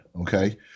Okay